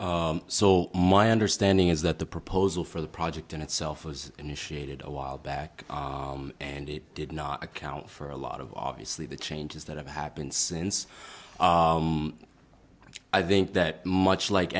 so my understanding is that the proposal for the project in itself was initiated a while back and it did not account for a lot of obviously the changes that have happened since i think that much like